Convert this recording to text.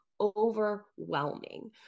overwhelming